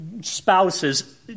spouses